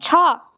छ